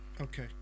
Okay